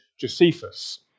Josephus